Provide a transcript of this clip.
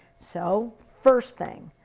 so first thing,